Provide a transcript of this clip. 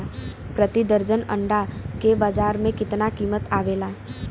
प्रति दर्जन अंडा के बाजार मे कितना कीमत आवेला?